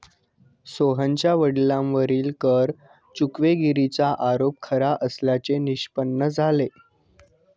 सोहनच्या वडिलांवरील कर चुकवेगिरीचा आरोप खरा असल्याचे निष्पन्न झाले